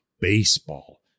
Baseball